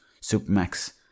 Supermax